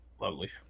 Lovely